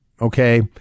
okay